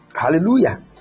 Hallelujah